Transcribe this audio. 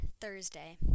Thursday